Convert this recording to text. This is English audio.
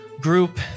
group